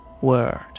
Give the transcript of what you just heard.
word